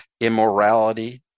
immorality